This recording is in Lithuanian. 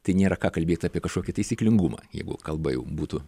tai nėra ką kalbėt apie kažkokį taisyklingumą jeigu kalba jau būtų